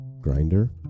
grinder